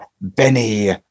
Benny